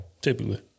Typically